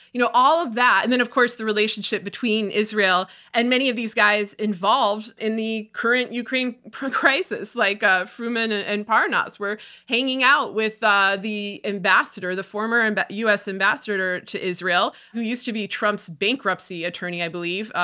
you know, all of that, and then, of course, the relationship between israel and many of these guys involved in the current ukraine crisis, like ah fruman and and parnas were hanging out with ah the ambassador, the former and but u. s. ambassador to israel, who used to be trump's bankruptcy attorney, i believe, ah